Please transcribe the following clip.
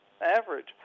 average